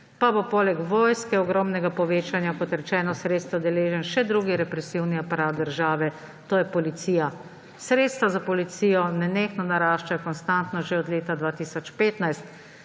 pa bo poleg vojske ogromnega povečanja, kot rečeno, sredstev deležen še drugi represivni aparat države, to je policija. Sredstva za policijo nenehno naraščajo konstantno že od leta 2015,